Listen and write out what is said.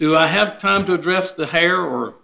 do i have time to address the hair or